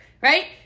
right